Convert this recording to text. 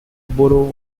borough